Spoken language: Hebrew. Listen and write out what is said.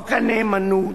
חוק הנאמנות,